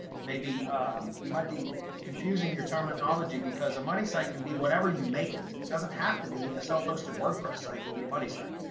maybe you might be confusing your terminology because a money site can be whatever you make it it doesn't have to be a self hosted wordpress site to be a money site.